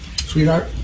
Sweetheart